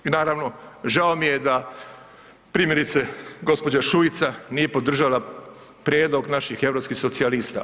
I naravno, žao mi je da primjerice gđa. Šuica nije podržala prijedlog naših europskih socijalista.